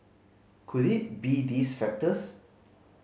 could it be these factors